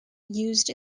used